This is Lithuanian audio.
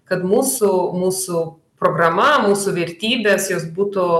kad mūsų mūsų programa mūsų vertybės jos būtų